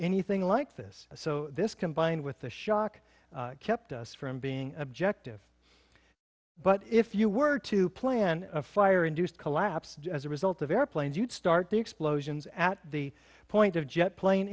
anything like this so this combined with the shock kept us from being objective but if you were to plan a fire induced collapse as a result of airplanes you'd start the explosions at the point of jet plane